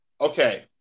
Okay